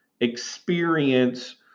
experience